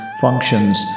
functions